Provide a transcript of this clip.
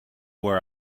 where